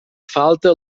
falta